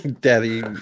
daddy